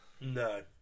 no